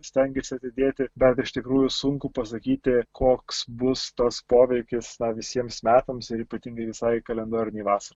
stengiasi atidėti bet iš tikrųjų sunku pasakyti koks bus tas poveikis na visiems metams ir ypatingai visai kalendorinei vasa